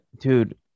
dude